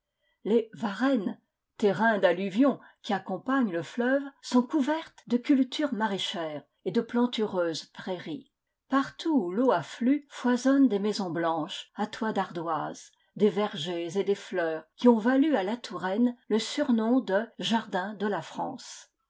les varennes terrains d'alluvion qui accompagnent le fleuve sont couvertes de cultures maraîchères et de plantureuses prairies partout où l'eau afflue foisonnent des maisons blanches à toits d'ardoise des vergers et des fleurs qui ont valu à la touraine le surnom de jardin de la france